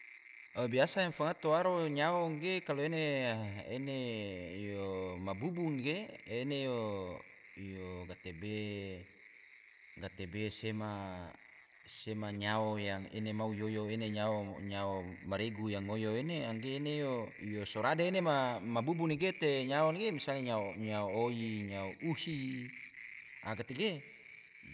Biasa yang fangato nyao ge, kalo ene yo mabubu nege ene yo gatebe sema nyao yang ene mau oyo ene nyao maregu yang oyo ene, angge ene yo sorade ene ma bubu ge te nyao, misalnya nyao oi, nyao uhi